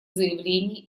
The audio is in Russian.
заявление